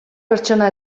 pertsona